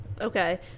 Okay